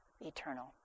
eternal